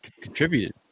contributed